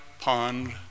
pond